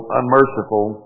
unmerciful